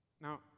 Now